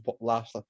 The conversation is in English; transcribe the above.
last